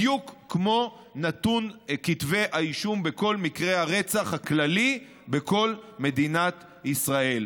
בדיוק כמו נתון כתבי האישום בכל מקרי הרצח הכללי בכל מדינת ישראל.